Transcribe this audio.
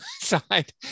side